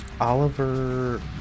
Oliver